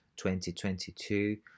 2022